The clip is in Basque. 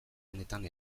honetan